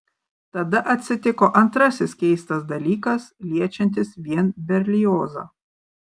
tada atsitiko antrasis keistas dalykas liečiantis vien berliozą